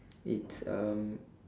it's um